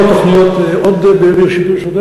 ברשותך,